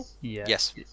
Yes